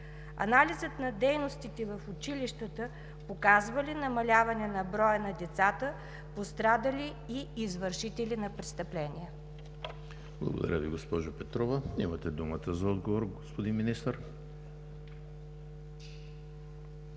Анализът на дейностите в училищата показва ли намаляване на броя на децата, пострадали и извършители на престъпления?